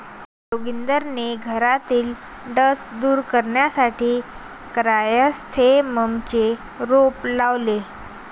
जोगिंदरने घरातील डास दूर करण्यासाठी क्रायसॅन्थेममचे रोप लावले